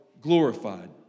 glorified